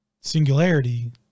Singularity